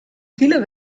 viele